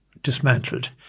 dismantled